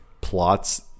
plots